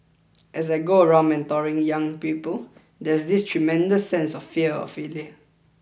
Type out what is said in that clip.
as I go around mentoring young people there's this tremendous sense of fear of failure